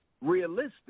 realistic